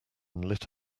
lit